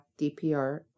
DPR